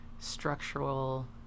structural